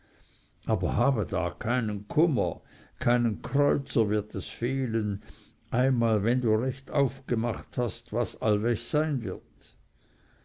aber da habe keinen kummer keinen kreuzer wird es fehlen einmal wenn du recht aufgemacht hast was allweg sein wird